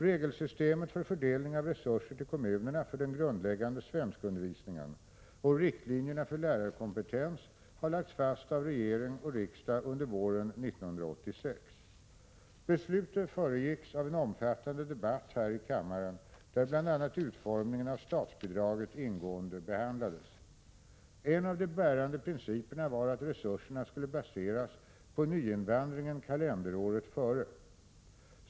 Regelsystemet för fördelning av resurser till kommunerna för den grundläggande svenskundervisningen och riktlinjerna för lärarkompetens har lagts fast av regering och riksdag under våren 1986 . Beslutet föregicks av en omfattande debatt här i kammaren där bl.a. utformningen av statsbidraget ingående behandlades. En av de bärande principerna var att resurserna skulle baseras på nyinvandringen kalenderåret före.